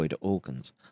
organs